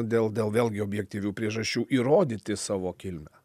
dėl vėlgi objektyvių priežasčių įrodyti savo kilmę